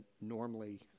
normally